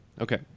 Okay